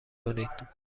کنید